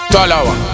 Talawa